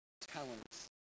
talents